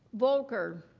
volker,